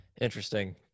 Interesting